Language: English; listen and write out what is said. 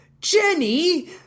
Jenny